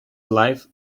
life